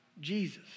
Jesus